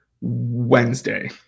Wednesday